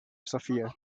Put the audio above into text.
sofia